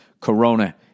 Corona